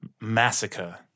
Massacre